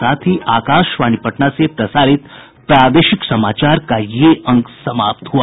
इसके साथ ही आकाशवाणी पटना से प्रसारित प्रादेशिक समाचार का ये अंक समाप्त हुआ